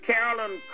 Carolyn